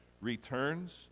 returns